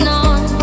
on